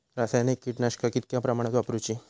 रासायनिक कीटकनाशका कितक्या प्रमाणात वापरूची?